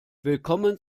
willkommen